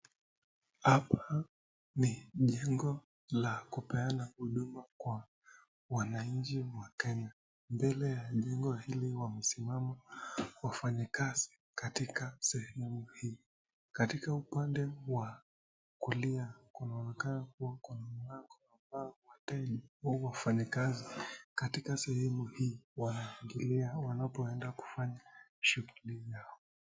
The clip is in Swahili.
Hapa ni jengo la kupeana huduma kwa wananchi wa Kenya. Mbele ya jengo hili wamesimama wafanyakazi katika sehemu hii. Katika upande wa kulia kunaonekana kuwa kuna mwango ambao wateja au wafanyikazi katika sehemu hii wanaingilia wanapoenda kufanya shughuli yao.